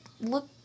look